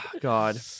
God